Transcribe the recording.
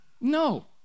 no